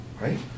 right